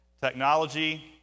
Technology